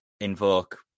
invoke